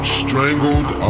strangled